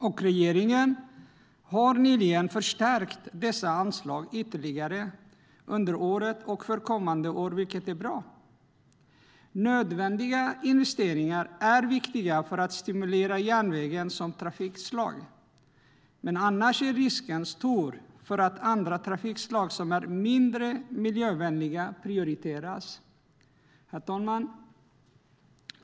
Och regeringen har nyligen förstärkt dessa anslag ytterligare under året och för kommande år, vilket är bra. Nödvändiga investeringar är viktiga för att stimulera järnvägen som trafikslag. Annars är risken stor att andra trafikslag, som är mindre miljövänliga, prioriteras. Herr talman!